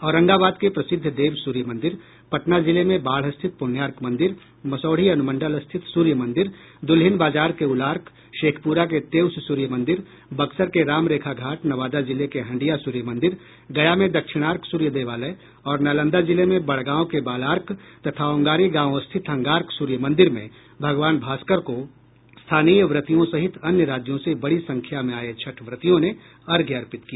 औरंगाबाद के प्रसिद्ध देव सूर्य मंदिर पटना जिले में बाढ़ स्थित प्रण्यार्क मंदिर मसौढ़ी अन्मंडल स्थित सूर्य मंदिर द्रल्हिन बाजार के उलार्क शेखप्रा के तेउस सूर्य मंदिर बक्सर के राम रेखा घाट नवादा जिले के हंडिया सूर्य मंदिर गया में दक्षिणार्क सूर्य देवालय और नालंदा जिले में बड़गांव के बालार्क तथा औगांरी गांव स्थित अंगार्क सूर्य मंदिर में भगवान भास्कर को स्थानीय व्रतियों सहित अन्य राज्यों से बड़ी संख्या में आये छठ व्रतियों ने अर्घ्य अर्पित किया